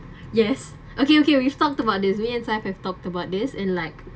yes okay okay we've talked about this me and saif have talked about this and like